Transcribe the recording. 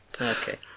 Okay